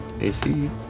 AC